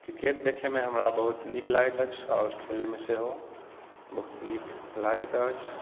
cricket देखैमे हमरा बहुत नीक लागैत अछि आओर खेलैमे सेहो बहुत नीक लागैत अछि